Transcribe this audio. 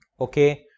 Okay